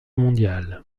mondiale